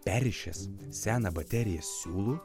perrišęs seną bateriją siūlu